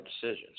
decisions